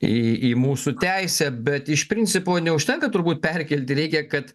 į į mūsų teisę bet iš principo neužtenka turbūt perkelti reikia kad